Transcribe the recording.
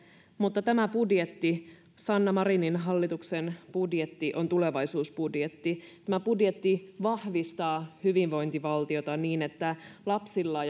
mutta tämä budjetti sanna marinin hallituksen budjetti on tulevaisuusbudjetti tämä budjetti vahvistaa hyvinvointivaltiota niin että lapsilla